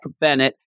Bennett